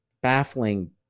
baffling